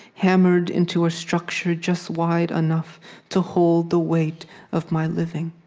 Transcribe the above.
hammered into a structure just wide enough to hold the weight of my living.